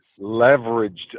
leveraged